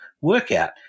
workout